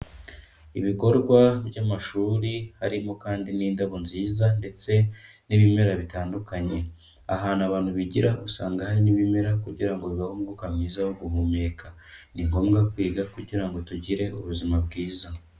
Ibikorwa by'amashuri, harimo kandi n'indabo nziza ndetse n'ibimera bitandukanye. Ahantu abantu bigira usanga hari n'ibimera kugira ngo bibahe umwuka mwiza wo guhumeka. Ni ngombwa kwiga kugira ngo tugire ubuzima bwiza.